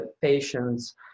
patients